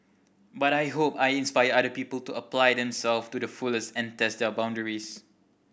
but I hope I inspire other people to apply themselves to the fullest and test their boundaries